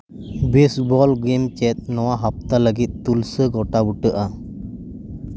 ᱵᱮᱥ ᱵᱚᱞ ᱜᱮᱢ ᱪᱮᱫ ᱱᱚᱣᱟ ᱦᱟᱯᱛᱟ ᱞᱟᱹᱜᱤᱫ ᱛᱩᱞᱥᱟᱹ ᱜᱚᱴᱟ ᱵᱩᱴᱟᱹᱜᱼᱟ